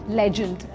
legend